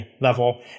Level